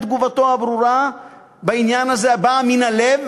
תגובתו הברורה בעניין הזה באה מן הלב,